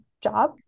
job